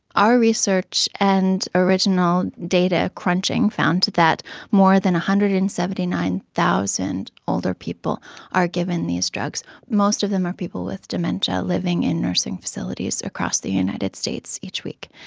our research and original data crunching found that more than one hundred and seventy nine thousand older people are given these drugs. most of them are people with dementia living in nursing facilities across the united states each week.